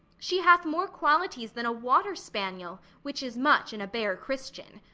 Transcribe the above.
she hath more qualities than a water-spaniel which is much in a bare christian.